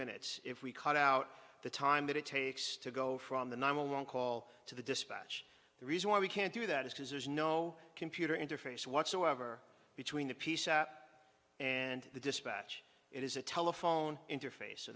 minutes if we cut out the time that it takes to go from the nine one one call to the dispatch the reason why we can't do that is because there's no computer interface whatsoever between the piece at and the dispatch it is a telephone interface so